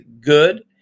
good